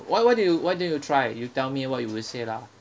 why why don't you why don't you try you tell me what you will say lah